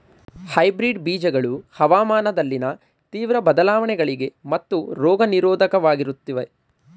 hybrid ಬೀಜಗಳು ಹವಾಮಾನದಲ್ಲಿನ ತೀವ್ರ ಬದಲಾವಣೆಗಳಿಗೆ ಮತ್ತು ರೋಗ ನಿರೋಧಕವಾಗಿರುತ್ತವೆ